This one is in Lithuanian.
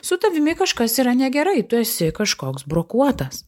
su tavimi kažkas yra negerai tu esi kažkoks brokuotas